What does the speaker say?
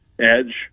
edge